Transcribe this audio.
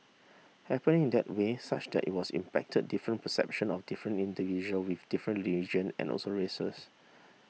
happening in that way such that it was impacted different perception of different individual with different religion and also races